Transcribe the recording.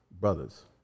brothers